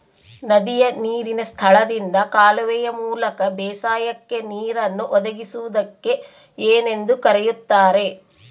ನದಿಯ ನೇರಿನ ಸ್ಥಳದಿಂದ ಕಾಲುವೆಯ ಮೂಲಕ ಬೇಸಾಯಕ್ಕೆ ನೇರನ್ನು ಒದಗಿಸುವುದಕ್ಕೆ ಏನೆಂದು ಕರೆಯುತ್ತಾರೆ?